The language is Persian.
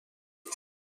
مبارک